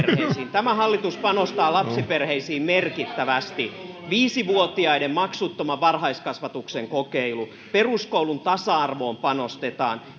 tämä hallitus panostaa lapsiperheisiin merkittävästi viisi vuotiaiden maksuttoman varhaiskasvatuksen kokeilu peruskoulun tasa arvoon panostetaan